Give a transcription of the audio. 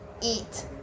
eat